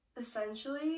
essentially